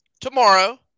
tomorrow